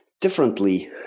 differently